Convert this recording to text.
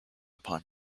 upon